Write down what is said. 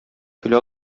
көлә